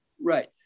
right